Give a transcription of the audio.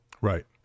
Right